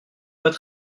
pas